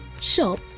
shop